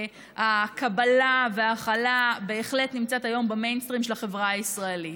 הקבלה וההכלה בהחלט נמצאת היום במיינסטרים של החברה הישראלית.